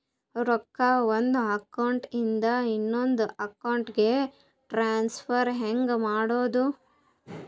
ರೊಕ್ಕ ಒಂದು ಅಕೌಂಟ್ ಇಂದ ಇನ್ನೊಂದು ಅಕೌಂಟಿಗೆ ಟ್ರಾನ್ಸ್ಫರ್ ಹೆಂಗ್ ಮಾಡೋದು?